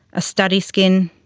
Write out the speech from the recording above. a study skin,